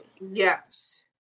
Yes